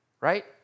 right